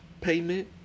payment